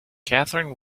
catherine